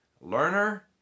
learner